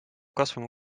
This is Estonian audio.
kasvama